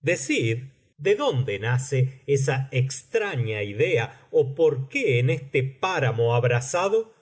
decid de dónde nace esa extraña idea ó por qué en este páramo abrasado